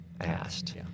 asked